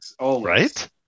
Right